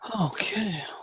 Okay